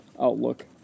outlook